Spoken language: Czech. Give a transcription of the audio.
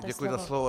Děkuji za slovo.